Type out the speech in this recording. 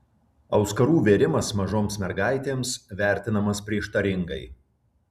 auskarų vėrimas mažoms mergaitėms vertinamas prieštaringai